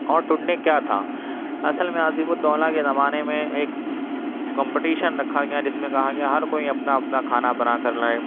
اور ٹنڈے کیا تھا اصل میں آصف الدولہ کے زمانے میں ایک کمپٹیشن رکھا گیا جس میں کہا گیا ہر کوئی اپنا اپنا کھانا بنا کر لائے